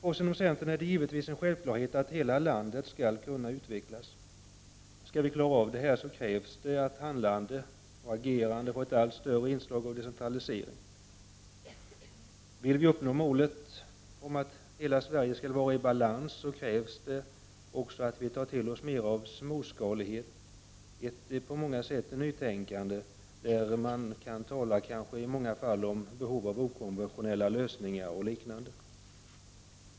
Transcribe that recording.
För oss inom centerpartiet är det givetvis en självklarhet att hela landet skall kunna utvecklas. Skall vi klara av detta krävs det att handlande och agerande får ett allt större inslag av decentralisering. Om vi vill uppnå målet att hela Sverige skall vara i balans krävs det också att vi tar till oss mer av småskalighet, ett nytänkande med inslag av okonventionella lösningar och liknande.